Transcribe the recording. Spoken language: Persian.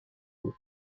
بود